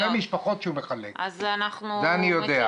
אלפי משפחות שהוא מחלק, את זה אני יודע.